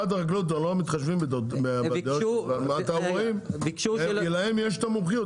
מה משרד החקלאות אתם לא מתחשבים --- להם יש את המומחיות,